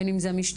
בין אם זה המשטרה,